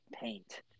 paint